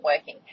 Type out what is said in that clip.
working